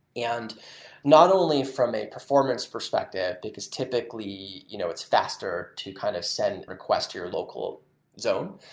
and not only from a performance perspective, because, typically, you know it's faster to kind of send request to your local zone.